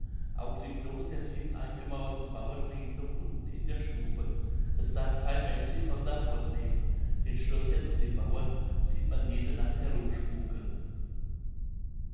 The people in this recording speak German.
auch die knochen der sieben eingemauerten bauern liegen noch unten in der stube es darf kein mensch sie von da fortnehmen den schloßherrn und die bauern sieht man jede nacht herumspuken